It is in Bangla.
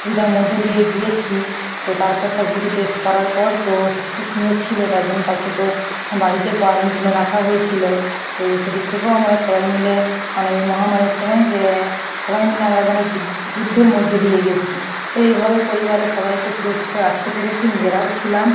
অসুবিধার মধ্যে দিয়ে গিয়েছি তো তারপর সব কিছু টেস্ট করার পর তো সুস্থ সুন্দর ছিলো তার জন্য তাকে তো বাড়িতে কোয়ারেন্টিনে রাখা হয়েছিলো সে সেদিক থেকেও আমরা সবাই মিলে মানে এই মহামারীর সময় যে সবাই মিলে আমরা যেন যুদ্ধের মধ্যে দিয়ে গেছি তো এইভাবে পরিবারের সবাইকে সুরক্ষিত রাখতে পেরেছি নিজেরাও ছিলাম